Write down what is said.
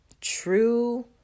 true